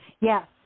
Yes